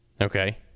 Okay